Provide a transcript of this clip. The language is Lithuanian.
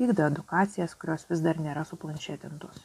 vykdo edukacijas kurios vis dar nėra suplanšetintos